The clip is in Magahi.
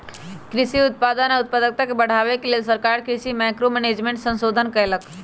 कृषि उत्पादन आ उत्पादकता बढ़ाबे लेल सरकार कृषि मैंक्रो मैनेजमेंट संशोधन कएलक